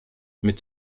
mit